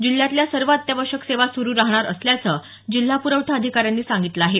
जिल्ह्यातल्या सर्व अत्यावश्यक सेवा सुरु राहणार असल्याचं जिल्हा पुखठा अधिकाऱ्यांनी सांगितलं आहे